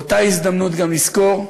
באותה הזדמנות גם נזכור,